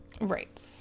Right